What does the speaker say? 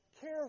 care